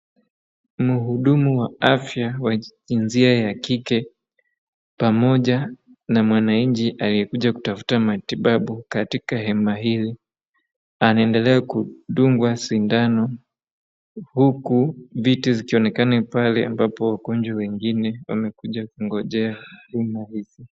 Mhudumu wa afya wa kijinsia ya kike pamoja na wananchi aliyekuja kutafuta matibabu katika hema ili anaendelea kudungwa sindano huku viti zikionekana pale ambapo wagonjwa wengine wamekuja kungojea huduma hizi.